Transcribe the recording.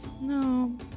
No